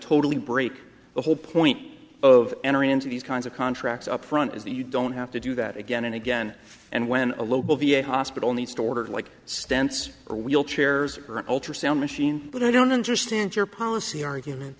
totally break the whole point of entering into these kinds of contracts upfront is that you don't have to do that again and again and when a local v a hospital needs to order like stents or wheelchairs or ultrasound machine but i don't understand your policy argument